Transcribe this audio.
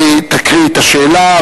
את תקריאי את השאלה,